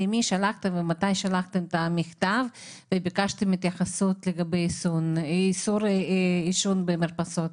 למי ומתי שלחתם את המכתב וביקשתם התייחסות לגבי איסור עישון במרפסות?